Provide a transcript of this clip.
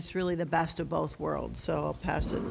it's really the best of both worlds so passive